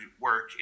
work